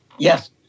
Yes